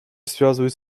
связывают